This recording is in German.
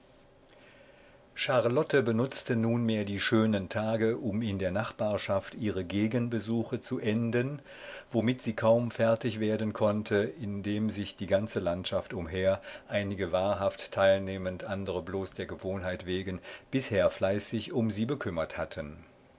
charlotte benutzte nunmehr die schönen tage um in der nachbarschaft ihre gegenbesuche zu enden womit sie kaum fertig werden konnte indem sich die ganze landschaft umher einige wahrhaft teilnehmend andre bloß der gewohnheit wegen bisher fleißig um sie bekümmert hatten